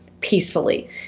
peacefully